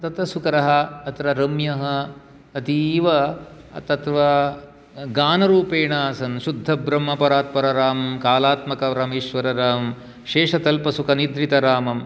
तत् सुकरः अत्र रम्यः अतीव तत् वा गानरूपेण आसन् शुद्धब्रह्मपरात्पररामं कालात्मकपरमेश्वररामं शेषतल्पसुखनिद्रितरामं